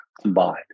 combined